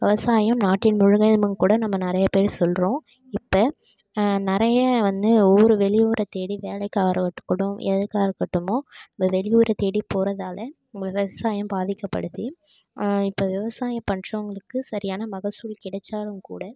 விவசாயம் நாட்டின் முதுகெலும்புன்னு கூட நம்ம நிறைய பேர் சொல்கிறோம் இப்போ நிறைய வந்து ஊர் வெளியூரைத் தேடி வேலைக்காக இருக்கட்டும் எதுக்காக இருக்கட்டும் இந்த வெளியூரைத் தேடி போகிறதால விவசாயம் பாதிக்கப்படுது இப்போ விவசாயம் பண்ணுறவங்களுக்கு சரியான மகசூல் கிடைத்தாலும் கூட